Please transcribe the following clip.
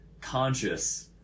conscious